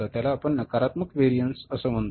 ज्याला आपण नकारात्मक व्हेरिएन्स असे म्हणतो